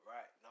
Right